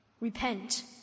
Repent